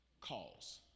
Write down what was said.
calls